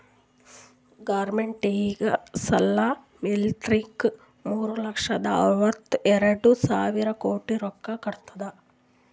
government ಈ ಸಲಾ ಮಿಲ್ಟ್ರಿಗ್ ಮೂರು ಲಕ್ಷದ ಅರ್ವತ ಎರಡು ಸಾವಿರ ಕೋಟಿ ರೊಕ್ಕಾ ಕೊಟ್ಟಾದ್